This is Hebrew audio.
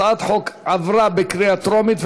הצעת החוק עברה בקריאה טרומית,